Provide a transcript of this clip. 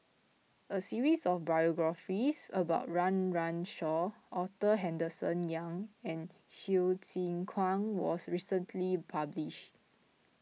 a series of biographies about Run Run Shaw Arthur Henderson Young and Hsu Tse Kwang was recently published